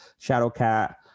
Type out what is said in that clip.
Shadowcat